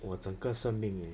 我整个生命